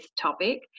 topic